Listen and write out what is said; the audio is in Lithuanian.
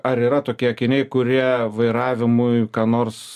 ar yra tokie akiniai kurie vairavimui ką nors